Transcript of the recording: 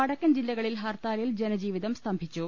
വടക്കൻ ജില്ല കളിൽ ഹർത്താലിൽ ജനജീവിതം സ്തംഭിച്ചു